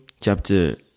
chapter